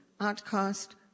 outcast